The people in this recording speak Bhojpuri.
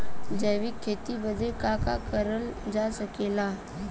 जैविक खेती बदे का का करल जा सकेला?